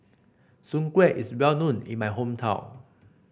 Soon Kway is well known in my hometown